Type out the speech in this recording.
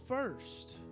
First